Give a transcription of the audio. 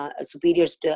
superiors